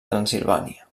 transsilvània